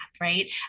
right